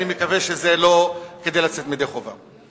אני מקווה שזה לא כדי לצאת ידי חובה.